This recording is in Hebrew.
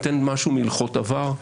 ואתן משהו מהלכות עבר,